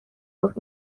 گفت